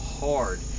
hard